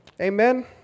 Amen